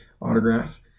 autograph